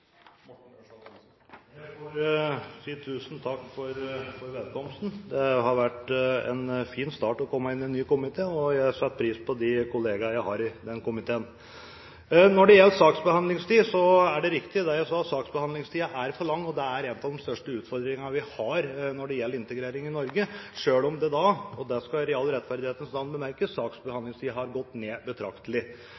Jeg får si tusen takk for velkomsten. Det har vært en fin start på det å komme inn i en ny komité, og jeg setter pris på de kollegaene jeg har i den komiteen. Når det gjelder saksbehandlingstid, er det riktig, det jeg sa, at saksbehandlingstiden er for lang. Det er en av de største utfordringene vi har når det gjelder integrering i Norge, selv om – og det skal i rettferdighetens navn bemerkes